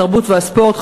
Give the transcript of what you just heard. התרבות והספורט,